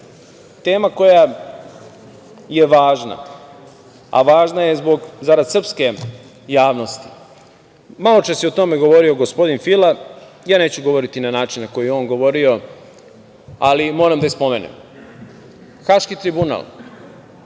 koja je važna, a važna je zarad srpske javnosti, maločas je o tome govorio gospodin Fila, ja neću govoriti na način na koji je on govorio, ali moram da spomenem Haški tribunal,